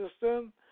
system